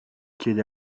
chiede